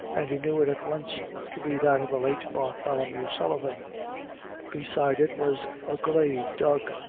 and he knew it at once to be that of the late bartholomew sullivan beside it was a grave dug,